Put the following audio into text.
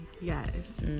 yes